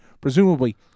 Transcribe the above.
presumably